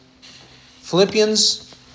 Philippians